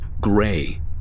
gray